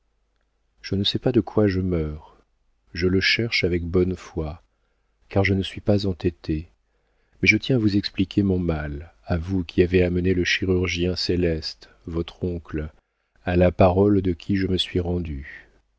je ne sais pas de quoi je meurs je le cherche avec bonne foi car je ne suis pas entêtée mais je tiens à vous expliquer mon mal à vous qui avez amené le chirurgien céleste votre oncle à la parole de qui je me suis rendue